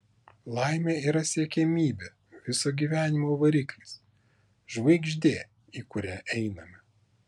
laimė yra siekiamybė viso gyvenimo variklis žvaigždė į kurią einame